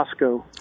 Costco